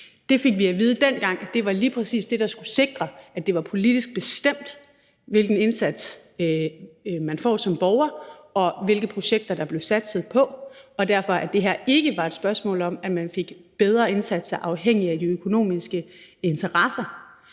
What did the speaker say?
Vi fik at vide dengang, at det var lige præcis det, der skulle sikre, at det var politisk bestemt, hvilken indsats man fik som borger, og hvilke projekter der blev satset på, og derfor var det her ikke et spørgsmål om, at man fik bedre indsatser afhængig af de økonomiske interesser.